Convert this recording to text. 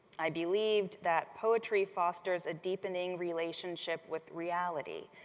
i believed that poetry fosters a deepening relationship with reality,